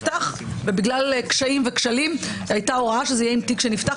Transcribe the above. ובגלל קשיים וכשלים הייתה הוראה שזה יהיה עם תיק שנפתח,